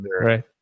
right